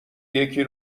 یکی